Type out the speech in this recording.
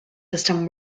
system